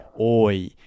oi